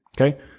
Okay